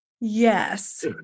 Yes